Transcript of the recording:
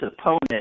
opponent